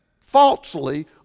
falsely